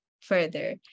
further